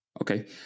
Okay